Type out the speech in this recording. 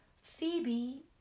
Phoebe